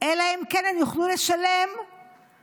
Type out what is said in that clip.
אלא אם כן הן יוכלו לשלם 5,000,